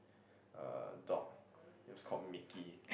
uh dog it was called Mickey